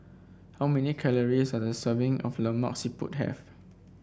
how many calories does a serving of Lemak Siput have